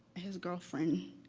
his girlfriend.